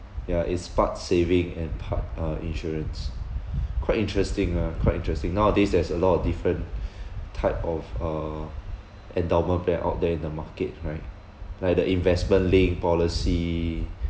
ya it's part saving and part uh insurance quite interesting ah quite interesting nowadays there's a lot of different type of uh endowment plan out there in the market right like the investment linked policy